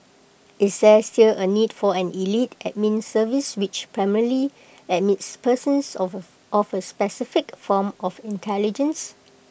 is there still A need for an elite admin service which primarily admits persons of office specific form of intelligence